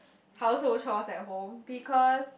household chores at home because